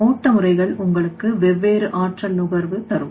ஓட்ட முறைகள் உங்களுக்கு வெவ்வேறு ஆற்றல் நுகர்வு தரும்